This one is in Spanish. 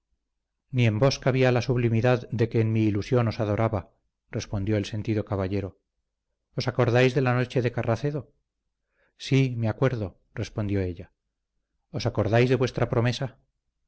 en vos cabía la sublimidad de que en mi ilusión os adornaba respondió el sentido caballero os acordáis de la noche de carracedo sí me acuerdo respondió ella os acordáis de vuestra promesa